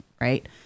right